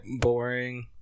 boring